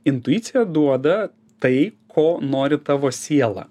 intuicija duoda tai ko nori tavo siela